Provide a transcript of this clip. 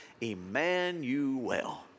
Emmanuel